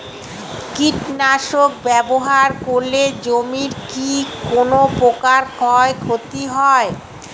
কীটনাশক ব্যাবহার করলে জমির কী কোন প্রকার ক্ষয় ক্ষতি হয়?